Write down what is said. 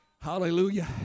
Hallelujah